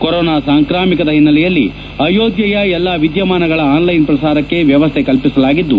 corona ಸಾಂಕ್ರಾಮಿಕ ಹಿನ್ನೆಲೆಯಲ್ಲಿ ಅಯೋಧ್ಯೆಯ ಎಲ್ಲ ವಿದ್ಯಮಾನಗಳ ಆನ್ಲೈನ್ ಪ್ರಸಾರಕ್ಷೆ ವ್ಯವಸ್ಥೆ ಕಲ್ಪಿಸಲಾಗಿದ್ದು